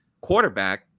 quarterback